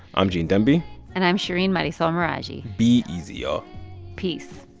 i'm gene demby and i'm shereen marisol meraji be easy, y'all peace.